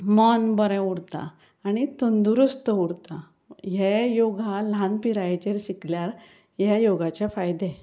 मन बरें उरता आनी तंदुरुस्त उरता हे योगा ल्हान पिरायेचेर शिकल्यार हे योगाचे फायदे